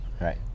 right